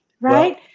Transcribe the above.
right